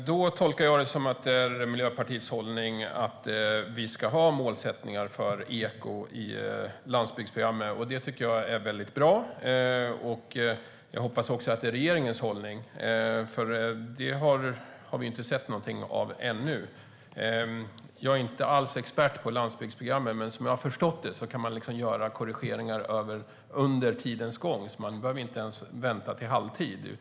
Herr talman! Jag tolkar det som att det är Miljöpartiets hållning att vi ska ha målsättningar för eko i landsbygdsprogrammet. Det tycker jag är bra. Jag hoppas att det också är regeringens hållning, för den har vi inte sett något av ännu. Jag är inte alls expert på landsbygdsprogrammen, men så som jag har förstått det kan man göra korrigeringar under tidens gång. Man behöver inte ens vänta till halvtid.